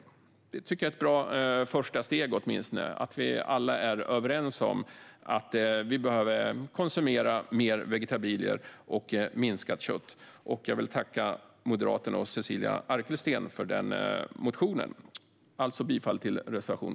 Jag tycker att det åtminstone är ett bra första steg att vi alla är överens om att vi behöver konsumera mer vegetabilier och mindre kött. Jag vill tacka Moderaterna och Sofia Arkelsten för den motionen.